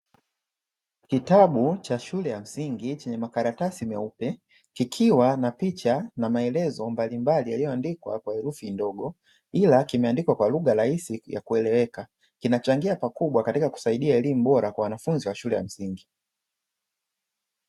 Kitabu cha shule ya msingi chenye makaratasi meupe, kikiwa na picha na maelezo mbalimbali yaliyoandikwa kwa herufi ndogo, ila kimeandikwa kwa lugha rahisi ya kueleweka, kinachangia pakubwa katika kusaidia elimu bora kwa wanafunzi wa shule ya msingi.